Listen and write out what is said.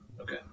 Okay